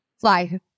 Fly